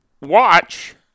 watch